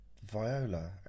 Viola